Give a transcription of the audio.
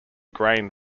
grain